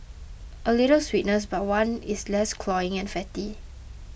a little sweetness but one that is less cloying and fatty